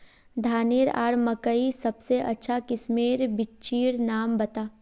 धानेर आर मकई सबसे अच्छा किस्मेर बिच्चिर नाम बता?